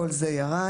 כל זה ירד,